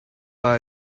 are